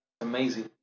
amazing